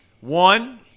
One